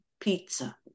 pizza